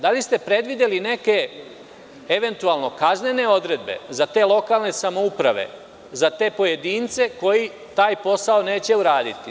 Da li ste predvideli neke eventualno kaznene odredbe za te lokalne samouprave, za te pojedince, koji taj posao neće uraditi?